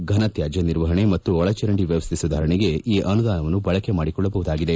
ಫನತ್ನಾಜ್ನ ನಿರ್ವಹಣೆ ಮತ್ತು ಒಳಚರಂಡಿ ವ್ಲವಸ್ಲೆ ಸುಧಾರಣೆಗೆ ಈ ಅನುದಾನವನ್ನು ಬಳಕೆ ಮಾಡಿಕೊಳ್ಳಬಹುದಾಗಿದೆ